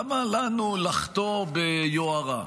למה לנו לחטוא ביוהרה?